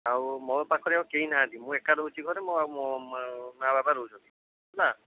ଆଉ ମୋ ପାଖରେ ଆଉ କେହି ନାହାଁନ୍ତି ମୁଁ ଏକା ରହୁଛି ଘରେ ମୋ ମୋ ମା ବାପା ରହୁଛନ୍ତି